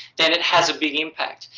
then it has a big impact.